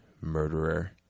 murderer